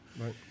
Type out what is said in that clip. Right